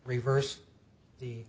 reverse the